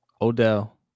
Odell